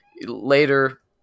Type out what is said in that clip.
later